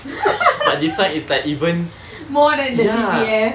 more than the C_P_F